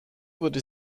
wurde